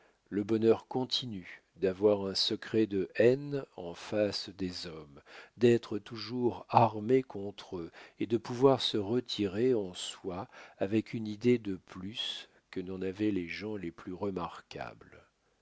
le bonheur continu d'avoir un secret de haine en face des hommes d'être toujours armé contre eux et de pouvoir se retirer en soi avec une idée de plus que n'en avaient les gens les plus remarquables